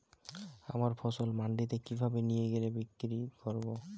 আমার ফসল মান্ডিতে কিভাবে নিয়ে গিয়ে বিক্রি করব?